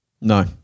No